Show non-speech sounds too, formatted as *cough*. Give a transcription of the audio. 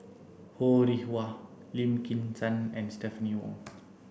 Ho Rih Hwa Lim Kim San and Stephanie Wong *noise*